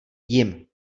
jim